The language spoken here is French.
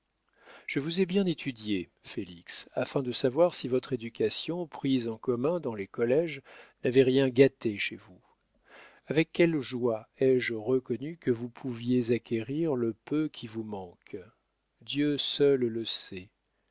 je vous ai bien étudié félix afin de savoir si votre éducation prise en commun dans les colléges n'avait rien gâté chez vous avec quelle joie ai-je reconnu que vous pouviez acquérir le peu qui vous manque dieu seul le sait